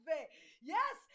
Yes